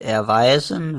erweisen